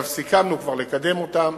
סיכמנו כבר לקדם אותם,